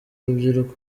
rubyiruko